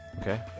okay